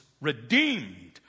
redeemed